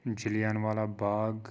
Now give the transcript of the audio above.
Jallianwala Bagh